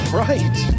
right